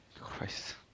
Christ